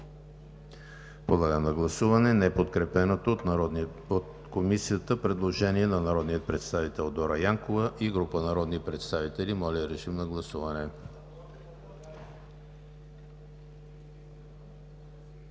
Подлагам на гласуване неподкрепеното от Комисията предложение на народния представител Дора Янкова и група народни представители. Гласували